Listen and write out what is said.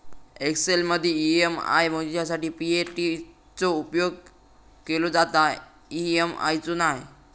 एक्सेलमदी ई.एम.आय मोजूच्यासाठी पी.ए.टी चो उपेग केलो जाता, ई.एम.आय चो नाय